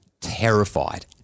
terrified